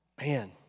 man